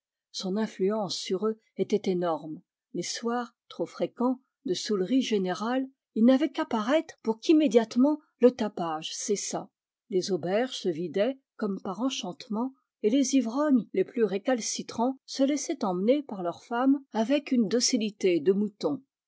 son influence sur eux était énorme les soirs trop fréquents de soûlerie générale il n'avait qu'à paraître pour qu'immédiatement le tapage cessât les auberges se vidaient comme par enchantement et les ivrognes les plus récalcitrants se laissaient emmener par leurs femmes avec une docilité de moutons